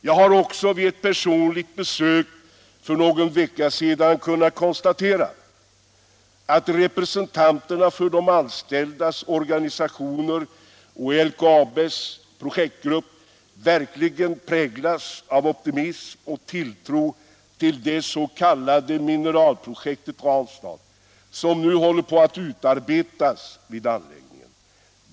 Jag har också vid ett personligt besök för någon vecka sedan kunnat konstatera att representanter för de anställdas organisationer och LKAB:s projektgrupp verkligen präglas av optimism och tilltro till det s.k. mineralprojektet Ranstad, som nu håller på att utformas vid anläggningen.